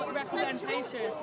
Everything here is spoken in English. representation